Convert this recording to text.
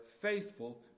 faithful